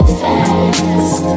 fast